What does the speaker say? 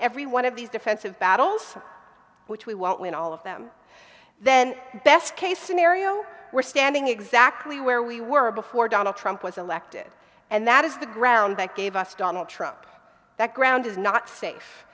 every one of these defensive battles which we won't win all of them then best case scenario we're standing exactly where we were before donald trump was elected and that is the ground that gave us donald trump that ground is not safe